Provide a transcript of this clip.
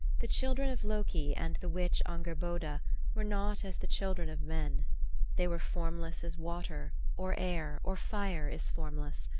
the children of loki and the witch angerboda were not as the children of men they were formless as water, or air, or fire is formless,